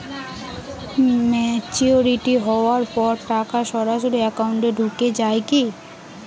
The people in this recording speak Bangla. ম্যাচিওরিটি হওয়ার পর টাকা সরাসরি একাউন্ট এ ঢুকে য়ায় কি?